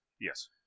Yes